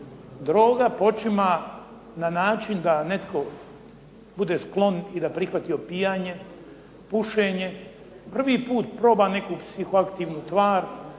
droga počima na način da netko bude sklon i da prihvati opijanje, pušenje, prvi puta proba neku psihoaktivnu tvar